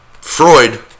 Freud